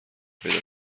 پیدا